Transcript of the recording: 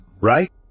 right